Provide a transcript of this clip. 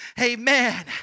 Amen